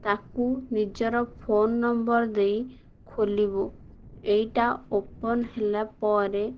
ତା'କୁ ନିଜର phone number ଦେଇ ଖୋଲିବୁ ଏଇଟା ଓପନ୍ ହେଲା ପରେ